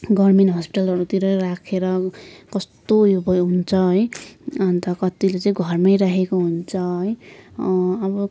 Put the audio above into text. government हस्पिटलहरूतिर राखेर कस्तो उयो अब हुन्छ है अन्त कतिले चाहिँ घरमै राखेको हुन्छ है अब